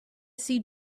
see